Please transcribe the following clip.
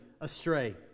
astray